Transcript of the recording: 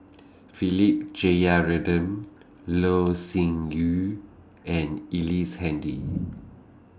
Philip Jeyaretnam Loh Sin Yun and Ellice Handy